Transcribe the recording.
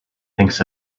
thinks